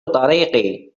طريقي